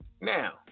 Now